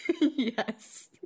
Yes